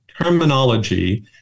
terminology